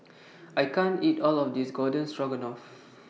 I can't eat All of This Garden Stroganoff